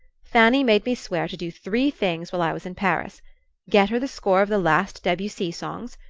fanny made me swear to do three things while i was in paris get her the score of the last debussy songs,